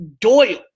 Doyle